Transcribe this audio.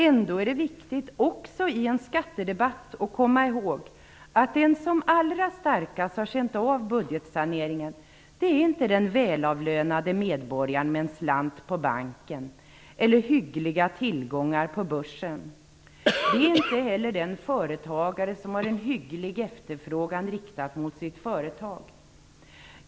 Ändå är det viktigt att också i en skattedebatt komma ihåg att den som allra starkast har känt av budgetsaneringen inte är den välavlönade medborgaren med en slant på banken eller hyggliga tillgångar på börsen. Det är inte heller den företagare som har en hygglig efterfrågan riktad mot sitt företag.